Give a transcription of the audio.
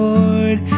Lord